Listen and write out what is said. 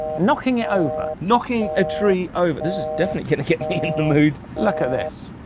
knocking it over. knocking a tree over, this is definitely gonna get me in the mood. look at this,